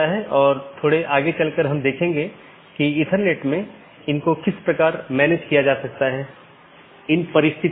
अंत में ऐसा करने के लिए आप देखते हैं कि यह केवल बाहरी नहीं है तो यह एक बार जब यह प्रवेश करता है तो यह नेटवर्क के साथ घूमता है और कुछ अन्य राउटरों पर जाता है